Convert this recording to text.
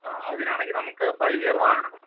ആ അതിനാണെങ്കി നമുക്ക് ഫൈവ് ഇയർ വാ